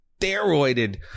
steroided